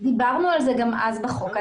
דיברנו על זה גם אז בחוק.